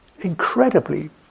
incredibly